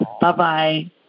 Bye-bye